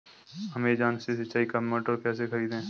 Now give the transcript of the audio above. Amazon से सिंचाई का मोटर कैसे खरीदें?